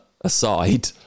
aside